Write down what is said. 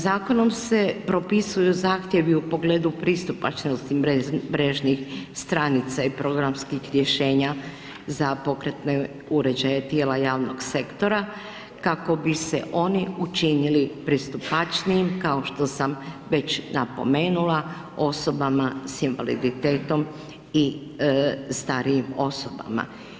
Zakonom se propisuju zahtjevi u pogledu pristupačnosti mrežnih stranica i programskih rješenja za pokretne uređaje tijela javnog sektora kako bi se oni učinili pristupačnijim kao što sam već napomenula osobama sa invaliditetom i starijim osobama.